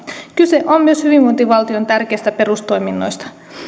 kyse on myös hyvinvointivaltion tärkeistä perustoiminnoista